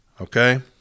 Okay